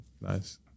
Nice